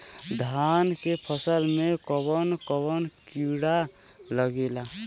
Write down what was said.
धान के फसल मे कवन कवन कीड़ा लागेला?